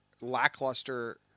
lackluster